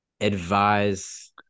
advise